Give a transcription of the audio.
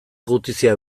gutizia